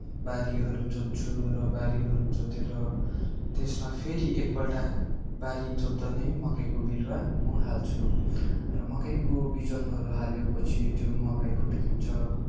बारीहरू जोत्छु र बारीहरू जोतेर त्यसमा फेरि एकपल्ट बारी जोत्दा नै मकैको बिरुवा म हाल्छुँ र मकैको बिजनहरू हालेपछि त्यो मकै हुर्किन्छ